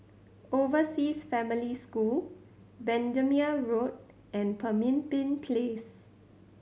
Overseas Family School Bendemeer Road and Pemimpin Place